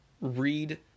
read